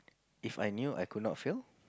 If I knew I could not fail